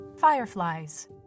Fireflies